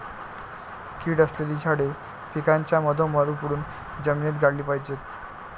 कीड असलेली झाडे पिकाच्या मधोमध उपटून जमिनीत गाडली पाहिजेत